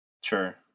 Sure